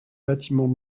bâtiments